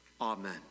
Amen